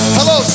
Hello